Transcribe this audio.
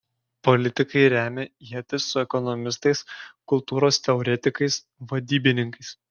politikai remia ietis su ekonomistais kultūros teoretikais vadybininkais